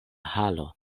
halo